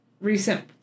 recent